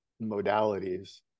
modalities